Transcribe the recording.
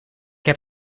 heb